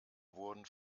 wurden